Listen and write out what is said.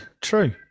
True